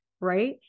right